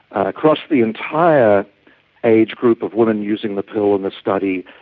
across the entire age group of women using the pill in this study,